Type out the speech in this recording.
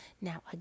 Now